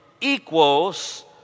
equals